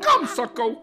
kam sakau